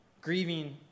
Grieving